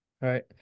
Right